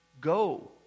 Go